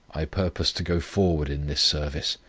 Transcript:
i purpose to go forward in this service,